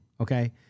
Okay